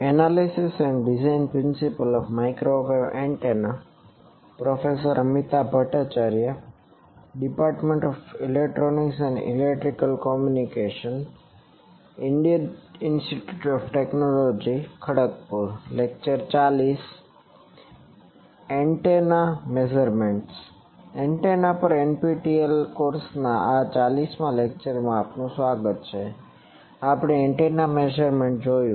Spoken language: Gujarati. એન્ટેના પરના NPTEL કોર્સના આ 40 મા લેકચરમાં આપનું સ્વાગત છે આ લેકચરમાં આપણે એન્ટેનાના મેઝરમેન્ટ જોશું